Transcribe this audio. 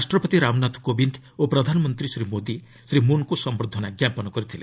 ରାଷ୍ଟ୍ରପତି ରାମନାଥ କୋବିନ୍ଦ ଓ ପ୍ରଧାନମନ୍ତ୍ରୀ ଶ୍ରୀ ମୋଦି ଶ୍ରୀ ମୁନ୍ଙ୍କୁ ସମ୍ଭର୍ଦ୍ଧନା ଞ୍ଜାପନ କରିଥିଲେ